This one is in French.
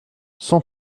cent